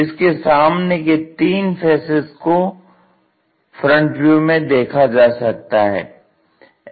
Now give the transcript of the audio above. इसके सामने के तीन फैसेस को FV में देखा जा सकता है